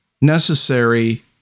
necessary